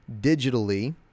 digitally